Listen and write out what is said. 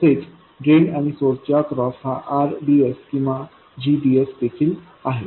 तसेच ड्रेन आणि सोर्स च्या अक्रॉस हा rdsकिंवा gds देखील आहे